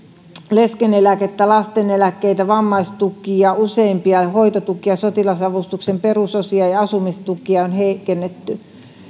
leskeneläkettä lasteneläkkeitä vammaistukia useimpia hoitotukia sotilasavustuksen perusosia ja asumistukia on heikennetty